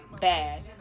bad